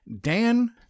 Dan